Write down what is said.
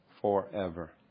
forever